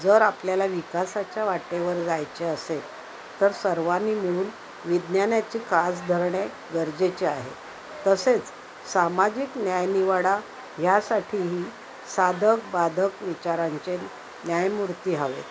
जर आपल्याला विकासाच्या वाटेवर जायचे असेल तर सर्वांनी मिळून विज्ञानाची कास धरणे गरजेचे आहे तसेच सामाजिक न्यायनिवाडा ह्यासाठीही साधक बाधक विचारांचे न्यायमूर्ती हवेत